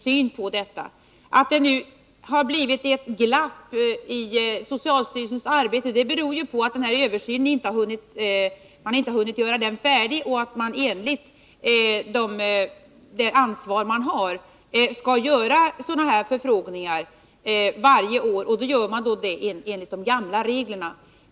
Att det nu har blivit ett glapp i socialstyrelsens arbete beror på att man inte hunnit göra översynen färdig och att man, enligt det ansvar man har, skall göra sådana här sammanställningar varje år — och det gör man nu enligt de gamla reglerna.